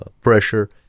pressure